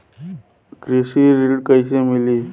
कृषि ऋण कैसे मिली?